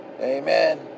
Amen